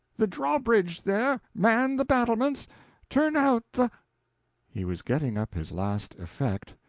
the drawbridge, there! man the battlements turn out the he was getting up his last effect